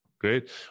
Great